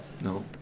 no